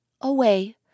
away